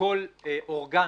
כל אורגן